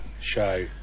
show